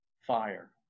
fire